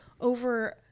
over